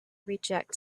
reject